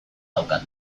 daukat